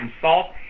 salt